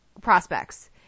prospects